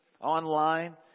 online